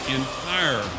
entire